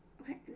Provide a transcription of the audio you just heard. Okay